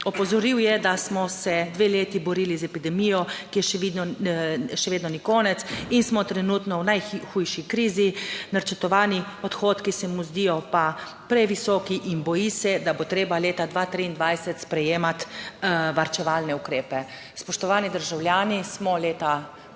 Opozoril je, da smo se dve leti borili z epidemijo, ki je še vedno ni konec in smo trenutno v najhujši krizi. Načrtovani odhodki se mu zdijo pa previsoki in boji se, da bo treba leta 2023 sprejemati varčevalne ukrepe. Spoštovani državljani, smo leta